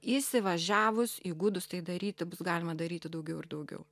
įsivažiavus įgudus tai daryti bus galima daryti daugiau ir daugiau